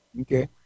Okay